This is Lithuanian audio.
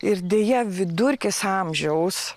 ir deja vidurkis amžiaus